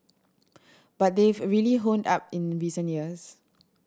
but they've really honed up in recent years